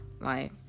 life